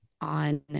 on